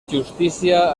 justícia